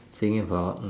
think about